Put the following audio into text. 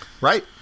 right